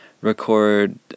record